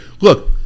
look